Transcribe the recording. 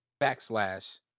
backslash